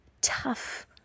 tough